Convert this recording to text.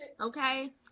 okay